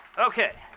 okay,